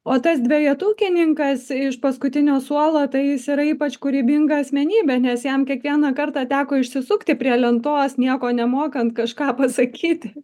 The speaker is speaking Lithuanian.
o tas dvejetukininkas iš paskutinio suolo tai jis yra ypač kūrybinga asmenybė nes jam kiekvieną kartą teko išsisukti prie lentos nieko nemokant kažką pasakyti